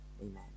Amen